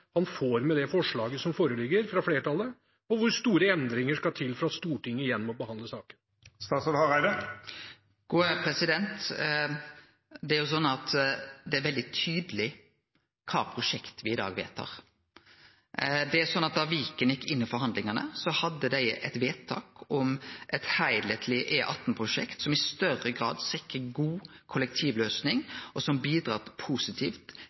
han får med det forslaget som foreligger fra flertallet, og hvor store endringer skal til for at Stortinget igjen må behandle saken? Det er veldig tydeleg kva prosjekt me i dag vedtar. Da Viken gjekk inn i forhandlingane, hadde dei eit vedtak om eit heilskapleg E18-prosjekt som i større grad sikrar god kollektivløysing, og som bidreg positivt